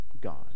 God